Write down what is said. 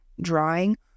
Drawing